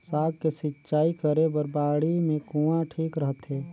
साग के सिंचाई करे बर बाड़ी मे कुआँ ठीक रहथे?